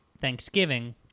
Thanksgiving